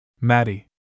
Maddie